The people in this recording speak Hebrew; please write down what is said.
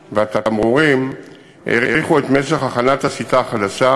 ובתמרורים האריכו את משך הכנת השיטה החדשה,